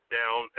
down